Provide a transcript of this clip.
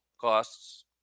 costs